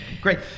great